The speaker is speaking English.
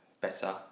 better